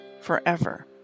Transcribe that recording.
forever